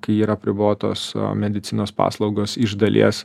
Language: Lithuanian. kai yra apribotos medicinos paslaugos iš dalies